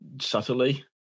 subtly